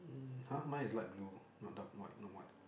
ah mine is light blue not dumb white no white